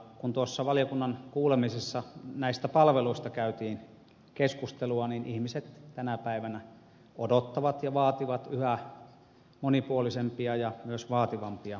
kun valiokunnan kuulemisessa näistä palveluista käytiin keskustelua niin ihmiset tänä päivänä odottavat ja vaativat yhä monipuolisempia ja myös vaativampia palveluita